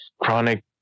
chronic